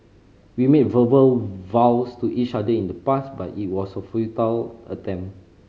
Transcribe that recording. we made verbal vows to each other in the past but it was a futile attempt